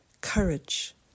courage